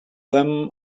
them